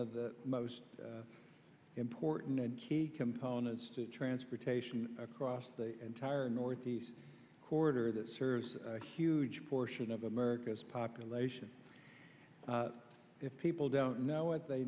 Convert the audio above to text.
of the most important and key components to transportation across the entire northeast corridor that serves a huge portion of america's population if people don't know what they